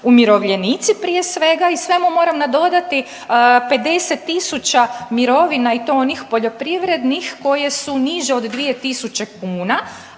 umirovljenici prije svega. I svemu moram nadodati 50.000 mirovina i to onih poljoprivrednih koje su niže od 2.000 kuna,